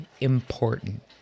important